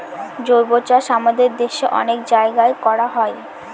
জৈবচাষ আমাদের দেশে অনেক জায়গায় করা হয়